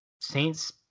Saints